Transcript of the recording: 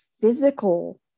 physical